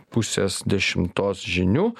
pusės dešimtos žinių